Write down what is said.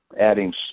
adding